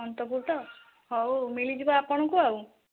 ଅନ୍ତପୁର ତ ହଉ ମିଳିଯିବ ଆପଣଙ୍କୁ ଆଉ